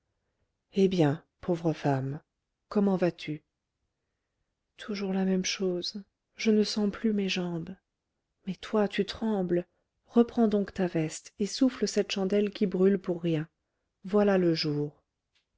eh bien pauvre femme comment vas-tu toujours la même chose je ne sens plus mes jambes mais toi tu trembles reprends donc ta veste et souffle cette chandelle qui brûle pour rien voilà le jour